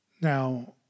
Now